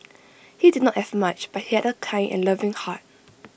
he did not have much but he had A kind and loving heart